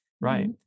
right